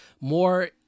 more